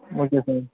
okay sir